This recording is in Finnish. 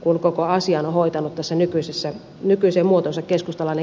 kun koko asian ovat hoitaneet tähän nykyiseen muotoonsa keskustalainen kenttäväki ja istuvat edustajat